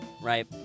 right